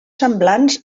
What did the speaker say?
semblants